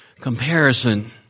Comparison